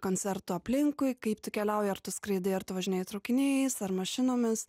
koncertų aplinkui kaip tu keliauji ar tu skraidai ar tu važinėji traukiniais ar mašinomis